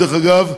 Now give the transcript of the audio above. דרך אגב,